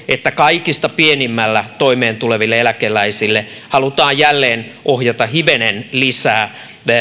siitä että kaikista pienimmällä toimeentuleville eläkeläisille halutaan jälleen ohjata hivenen lisää